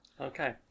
Okay